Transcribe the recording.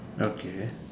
okay